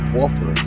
offer